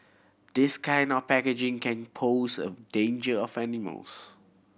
this kind of packaging can pose a danger of animals